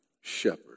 shepherd